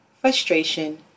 frustration